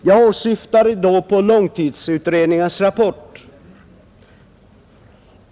Jag åsyftar långtidsutredningens rapport.